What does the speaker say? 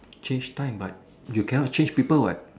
change time but you cannot change people what